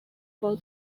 for